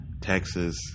Texas